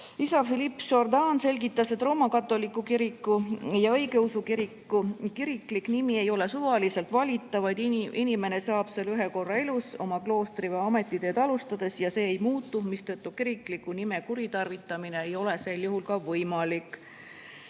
Isa Philippe Jourdan selgitas, et roomakatoliku kiriku ja õigeusu kiriku kiriklik nimi ei ole suvaliselt valitav, vaid inimene saab selle ühe korra elus oma kloostri- või ametiteed alustades ja see ei muutu, mistõttu kirikliku nime kuritarvitamine ei ole võimalik.